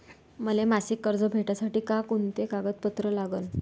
मले मासिक कर्ज भेटासाठी का कुंते कागदपत्र लागन?